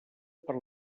per